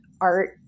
art